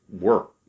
work